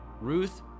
Ruth